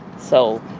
so,